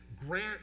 grant